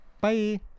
Bye